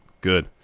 Good